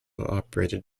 operated